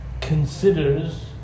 Considers